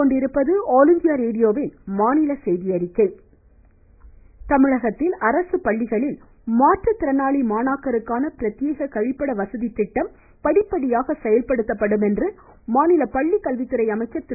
செங்கோட்டையன் தமிழகத்தில் அரசு பள்ளிகளில் மாற்றுத்திறனாளி மாணாக்கருக்கான பிரத்யேக கழிப்பிட வசதி திட்டம் படிப்படியாக மேற்கொள்ளப்படும் என்று மாநில பள்ளிக்கல்வித்துறை அமைச்சர் திரு